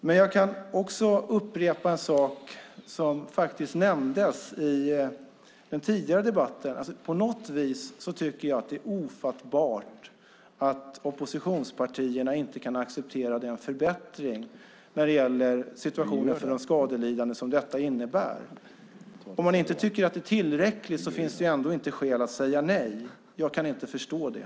Låt mig ta upp en sak som nämndes tidigare i debatten. På något vis tycker jag att det är ofattbart att oppositionspartierna inte kan acceptera den förbättring av situationen för de skadelidande som förslaget innebär. Om man inte tycker att det är tillräckligt finns det ändå inte skäl att säga nej. Jag kan inte förstå det.